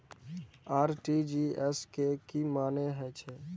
RTGS के की मानें हे छे?